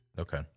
Okay